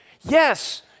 Yes